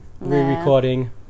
re-recording